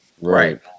Right